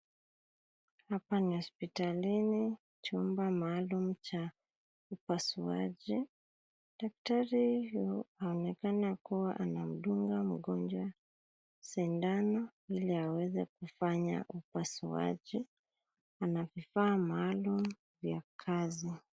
Hapa ni hospitalini chumba maalum cha upasuaji. Daktari huyu anaonekana kuwa anamdunga mgonjwa sindano ili aweze kufanya upasuaji, ana vifaa maalum vya kazi.